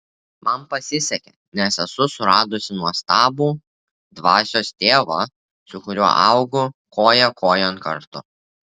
man pasisekė nes esu suradusi nuostabų dvasios tėvą su kuriuo augu koja kojon kartu